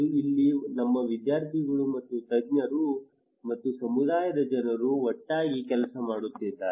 ಇಲ್ಲಿ ನಮ್ಮ ವಿದ್ಯಾರ್ಥಿಗಳು ಮತ್ತು ತಜ್ಞರು ಮತ್ತು ಸಮುದಾಯದ ಜನರು ಒಟ್ಟಾಗಿ ಕೆಲಸ ಮಾಡುತ್ತಿದ್ದಾರೆ